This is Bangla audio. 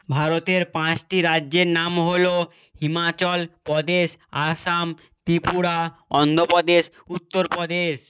ভারতের পাঁচটি রাজ্যের নাম হলো হিমাচল প্রদেশ আসাম ত্রিপুরা অন্ধ্রপ্রদেশ উত্তরপ্রদেশ